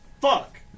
Fuck